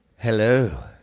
Hello